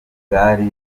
bwari